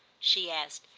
she asked,